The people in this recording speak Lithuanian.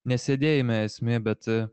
ne sėdėjime esmė bet